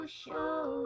show